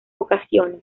ocasiones